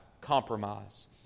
compromise